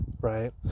right